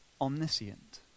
omniscient